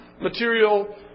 material